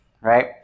right